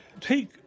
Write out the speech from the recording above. Take